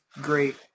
great